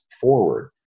forward